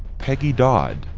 peggy dodd,